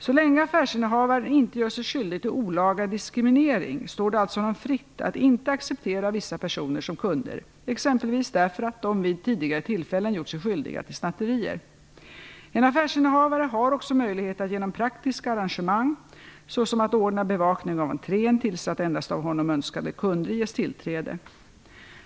Så länge affärsinnehavaren inte gör sig skyldig till olaga diskriminering står det alltså honom fritt att inte acceptera vissa personer som kunder, exempelvis därför att de vid tidigare tillfällen gjort sig skyldiga till snatterier. En affärsinnehavare har också möjlighet att genom praktiska arrangemang, såsom att ordna bevakning av entrén, tillse att endast av honom önskade kunder ges tillträde.